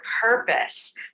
purpose